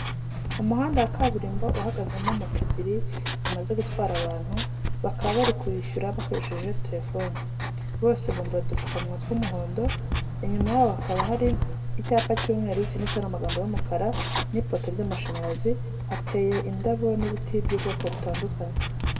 Umuhanda wa kaburimbo uhagazemo moto ebyiri zimaze gutwara abantu, bakaba bari kwishyura bakoresheje telefone, bose bambaye udupfukamuwa tw'umuhondo inyuma yabo hakaba hari icyapa cy'umweru cyanditsweho n'amagambo y'umukara n'ipoto ry'amashanyarazi, hateye indabo n'ibiti by'ubwoko butandukanye.